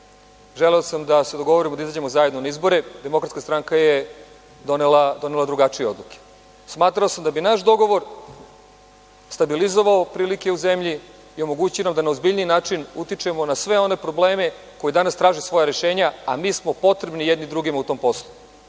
Želeo sam da se dogovorimo da izađemo zajedno na izbore, Demokratska stranka je donela drugačije odluke. Smatrao sam da bi naš dogovor stabilizovao prilike u zemlji i omogućio nam da na ozbiljniji način utičemo na sve one probleme koji danas traže svoja rešenja, a mi smo potrebni jedni drugima u tom poslu.